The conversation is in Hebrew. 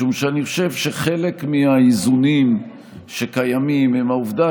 משום שאני חושב שחלק מהאיזונים שקיימים הם העובדה